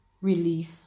relief